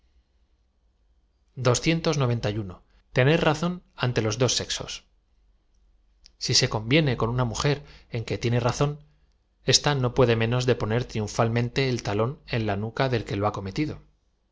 le n e r razón ante los dos seaos si se conviene con una mujer en que tiene razón ésta no puede menos de poner triunfalmente ei talón en la nuca del que lo ha cometido